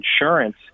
insurance